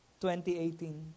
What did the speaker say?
2018